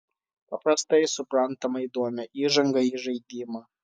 paprastai suprantamą įdomią įžangą į žaidimą